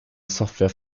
software